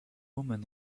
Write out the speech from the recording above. woman